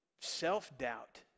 self-doubt